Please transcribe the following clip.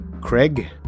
Craig